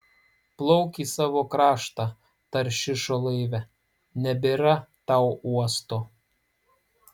plauk į savo kraštą taršišo laive nebėra tau uosto